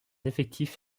effectifs